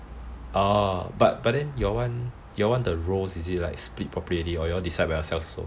but your [one] the roles is split properly already or is you all decide by yourselves [one]